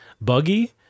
buggy